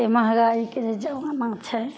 एतेक महगाइके जे जमाना छै